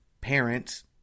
parents